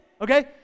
okay